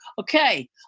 okay